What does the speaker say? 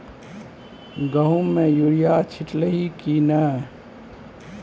गहुम मे युरिया छीटलही की नै?